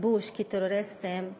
בכיבוש כטרוריסטים,